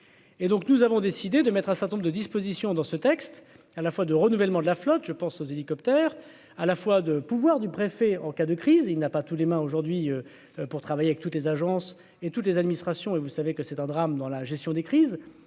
et donc nous avons décidé de mettre un certain nombre de dispositions dans ce texte à la fois de renouvellement de la flotte, je pense aux hélicoptères à la fois de pouvoirs du préfet en cas de crise il n'a pas tous les mains aujourd'hui pour travailler avec toutes les agences et toutes les administrations et vous savez que c'est un drame dans la gestion des crises.